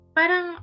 Parang